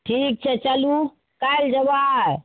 ठीक छै चलू काल्हि जेबय